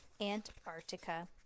Antarctica